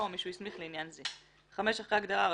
או מי שהוא הסמיך לעניין זה." (5) אחרי ההגדרה "הרשות"